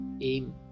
aim